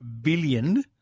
billion